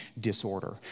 disorder